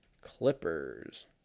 clippers